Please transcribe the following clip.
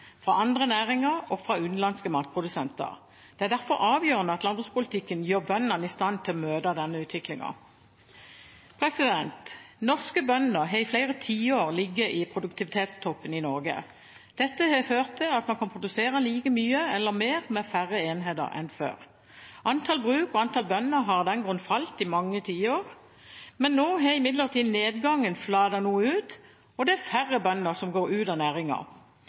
fra andre næringer og fra utenlandske matprodusenter. Det er derfor avgjørende at landbrukspolitikken gjør bøndene i stand til å møte denne utviklingen. Norske bønder har i flere tiår ligget i produktivitetstoppen i Norge. Dette har ført til at man kan produsere like mye eller mer med færre enheter enn før. Antall bruk og antall bønder har av den grunn falt i mange tiår. Nå har imidlertid nedgangen flatet noe ut, og det er færre bønder som går ut av